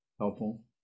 helpful